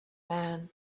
man